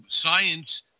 science